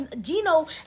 Gino